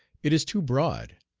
it is too broad.